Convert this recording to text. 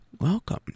Welcome